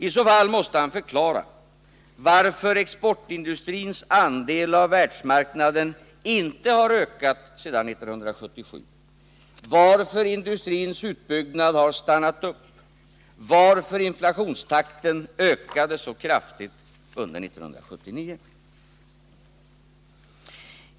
I så fall måste han förklara varför exportindustrins andel av världsmarknaden inte har ökat sedan 1977, varför industrins utbyggnad har stannat upp, varför inflationstakten ökade så kraftigt under 1979.